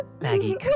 Maggie